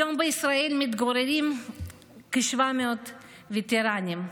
היום בישראל מתגוררים כ-700 וטרנים,